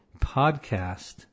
podcast